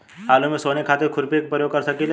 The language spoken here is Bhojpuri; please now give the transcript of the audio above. आलू में सोहनी खातिर खुरपी के प्रयोग कर सकीले?